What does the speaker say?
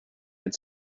had